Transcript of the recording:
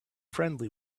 friendly